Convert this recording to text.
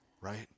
right